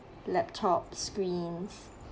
laptop screens